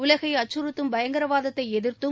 உலகை அச்சுறுத்தும் பயங்கரவாதத்தை எதிர்தும்